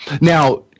now